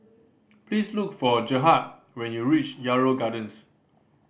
please look for Gerhard when you reach Yarrow Gardens